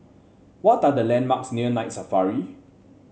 what are the landmarks near Night Safari